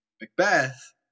Macbeth